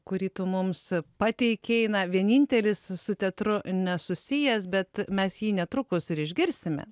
kurį tu mums pateikei na vienintelis su teatru nesusijęs bet mes jį netrukus ir išgirsime